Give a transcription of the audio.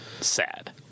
Sad